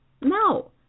No